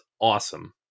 awesome